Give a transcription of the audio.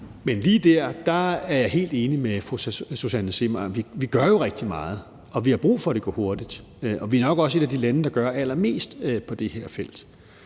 Lige der er jeg helt enig med fru Susanne Zimmer. Vi gør jo rigtig meget, og vi har brug for, at det går hurtigt. Vi er jo nok også et af de lande, der gør allermest på det her felt.